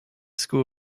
school